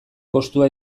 kostua